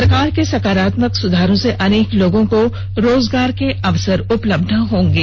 सरकार के सकारात्मक सुधारों से अनेक लोगों को रोजगार के अवसर मिलेंगे